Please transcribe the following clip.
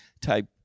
type